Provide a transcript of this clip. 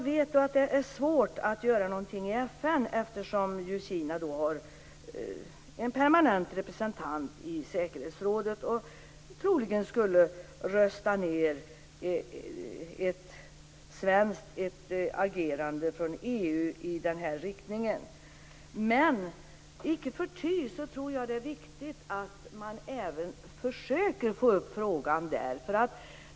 Men det är svårt att åstadkomma någonting i FN, eftersom Kina har en permanent representant i säkerhetsrådet och troligen skulle rösta ned ett svenskt agerande eller ett agerande från EU i den här riktningen. Men icke förty tror jag att det är viktigt att försöka att föra upp frågan i säkerhetsrådet.